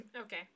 Okay